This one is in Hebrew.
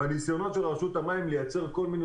בניסיונות של רשות המים לייצר כל מיני